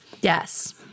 yes